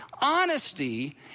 Honesty